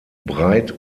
breit